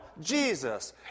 Jesus